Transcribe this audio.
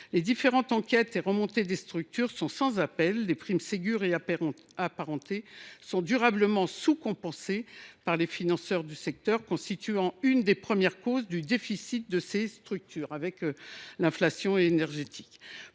Les différentes enquêtes et remontées des structures sont sans appel : les primes Ségur et apparentées sont durablement sous compensées par les financeurs du secteur, constituant l’une des premières causes du déficit desdites structures, avec l’inflation énergétique.